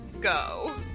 go